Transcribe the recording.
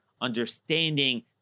understanding